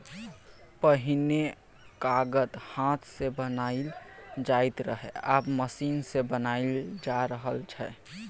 पहिने कागत हाथ सँ बनाएल जाइत रहय आब मशीन सँ बनाएल जा रहल छै